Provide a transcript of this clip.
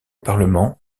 parlement